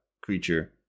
creature